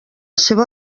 seva